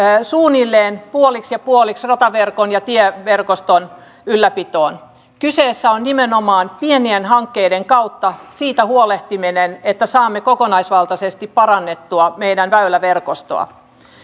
suunnilleen puoliksi ja puoliksi rataverkon ja tieverkoston ylläpitoon kyseessä on nimenomaan pienien hankkeiden kautta siitä huolehtiminen että saamme kokonaisvaltaisesti parannettua meidän väyläverkostoamme